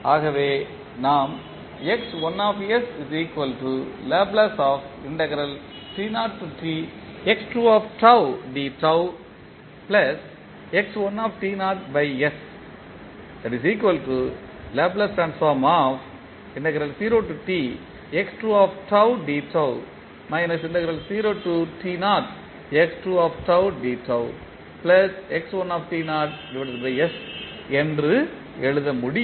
ஆகவே நாம் என்று எழுத முடியும்